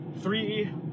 three